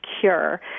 cure